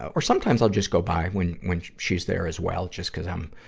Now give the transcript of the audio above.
or sometimes i'll just go by when, when she's there as well, just cuz i'm,